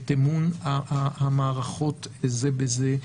את אמון המערכות זה בזה.